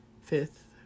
fifth